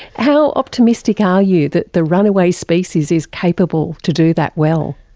how optimistic are you that the runaway species is capable to do that well?